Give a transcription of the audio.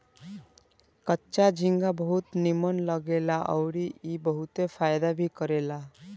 कच्चा झींगा बहुत नीमन लागेला अउरी ई बहुते फायदा भी करेला